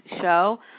show